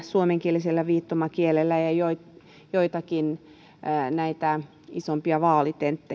suomenkielisellä viittomakielellä ja joitakin näitä isompia vaalitenttejä